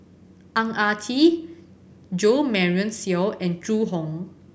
Ang Ah Tee Jo Marion Seow and Zhu Hong